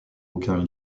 aucun